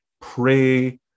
pray